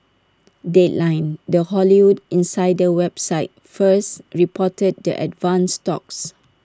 deadline the Hollywood insider website first reported the advanced talks